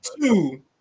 two